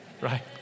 right